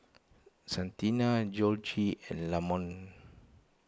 Santina Georgie and Lamonte